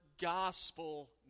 gospel